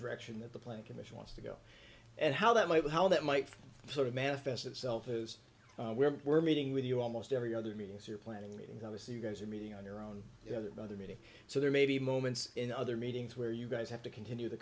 direction that the plane commission wants to go and how that might how that might sort of manifest itself is where we're meeting with you almost every other meetings you're planning meetings obviously you guys are meeting on your own you know there are other meetings so there may be moments in other meetings where you guys have to continue the